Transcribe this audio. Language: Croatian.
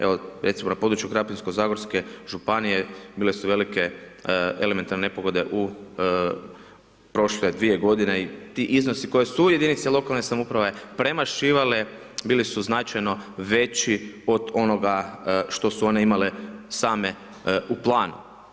Evo recimo na području Krapinsko-zagorske županije bile su velike elementarne nepogode u prošle dvije godine i ti iznosi koji su jedinice lokalne samouprave premašivale, bili su značajno veći od onoga što su one imale same u planu.